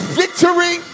victory